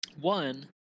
One